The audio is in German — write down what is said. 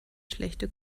schlechte